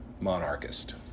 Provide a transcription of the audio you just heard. monarchist